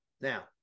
Now